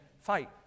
fight